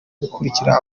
gukangurira